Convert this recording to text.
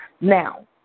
Now